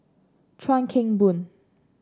Chuan Keng Boon